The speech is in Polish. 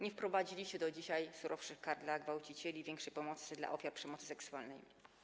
Nie wprowadziliście do dzisiaj surowszych kar dla gwałcicieli, większej pomocy dla ofiar przemocy seksualnej.